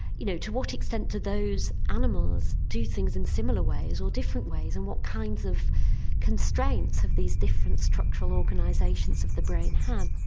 you know to what extent do those animals do things in similar ways or different ways and what kinds of constraints have these different structural organisations of the brain had?